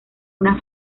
una